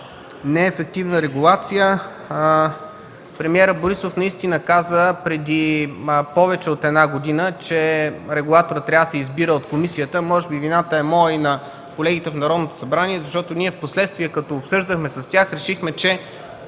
неефективна регулация. Премиерът Борисов наистина каза преди повече от една година, че регулаторът трябва да се избира от комисията. Може би вината е моя и на колегите в Народното събрание, защото впоследствие като обсъждахме с тях решихме, че